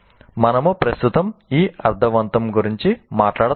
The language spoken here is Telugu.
మనము ప్రస్తుతం ఈ అర్ధవంతం గురించి మాట్లాడుతాము